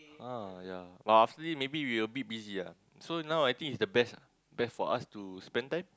uh ya but after this maybe we a bit busy ah so now I think is the best ah best for us to spend time